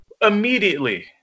immediately